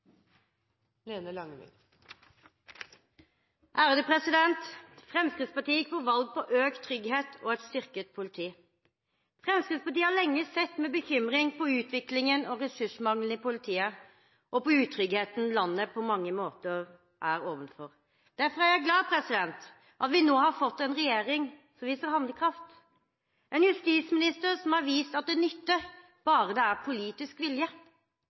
Fremskrittspartiet gikk til valg på økt trygghet og et styrket politi. Fremskrittspartiet har lenge sett med bekymring på utviklingen og ressursmangelen i politiet, og på utryggheten landet på mange måter står overfor. Derfor er jeg glad for at vi nå har fått en regjering som viser handlekraft, og en justisminister som har vist at det nytter – bare det er politisk vilje.